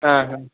हां हां